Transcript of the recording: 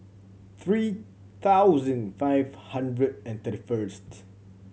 three thousand five hundred and thirty first